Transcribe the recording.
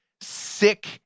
sick